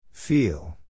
Feel